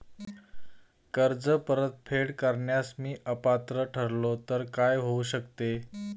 कर्ज परतफेड करण्यास मी अपात्र ठरलो तर काय होऊ शकते?